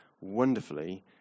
wonderfully